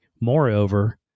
Moreover